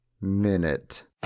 minute